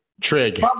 Trig